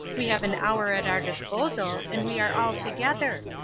we have an hour at our disposal, and we are all together.